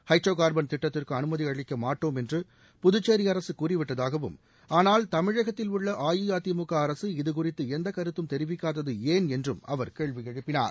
hydro carbon திட்டத்திற்கு அனுமதி அளிக்கமாட்டோம் என்று புதுச்சேரி அரசு கூறிவிட்டதாகவும் ஆனால் தமிழகத்தில் உள்ள அஇஅதிமுக அரசு இதுகுறித்து எந்த கருத்தும் தெரிவிக்காதது ஏன் என்றும் அவர் கேள்வி எழுப்பினார்